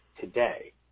today